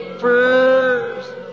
first